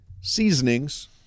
seasonings